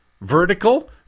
vertical